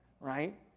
right